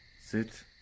Sit